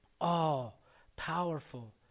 all-powerful